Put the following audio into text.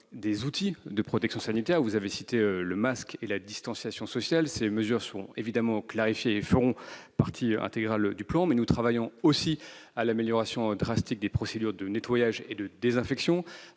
les outils de protection sanitaire, vous avez cité le masque et la distanciation sociale. Ces mesures seront clarifiées et feront partie intégrante du plan. Mais nous travaillons aussi à l'amélioration drastique des procédures de nettoyage et de désinfection,